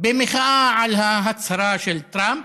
במחאה על ההצהרה של טראמפ,